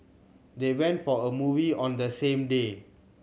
they went for a movie on the same day